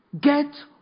Get